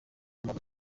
umuntu